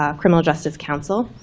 ah criminal justice council.